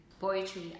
poetry